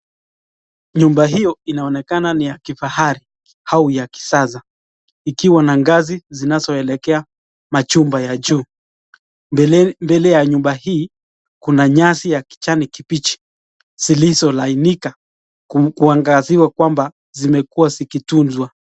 Nyumba hiyo inaonekana ni ya kifahari au ya kisasa, ikiwa na ngazi zinazoelekea majumba ya juu. Mbele ya nyumba hii kuna nyasi ya kijani kibichi zilizo lainika kuangaziwa kwamba zimekuwa zikitunzwa.